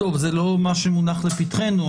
זה לא מה שמונח לפתחנו,